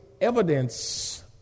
evidence